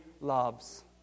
loves